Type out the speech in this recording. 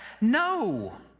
no